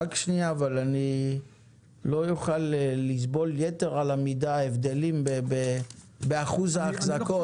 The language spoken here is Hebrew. אני לא אוכל לסבול יתר על המידה הבדלים באחוז האחזקות.